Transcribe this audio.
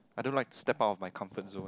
I don't like step out of my comfort zone